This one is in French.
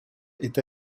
est